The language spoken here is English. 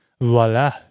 Voila